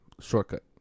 Shortcut